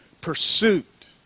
pursuit